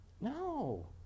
no